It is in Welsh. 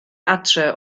adre